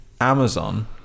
Amazon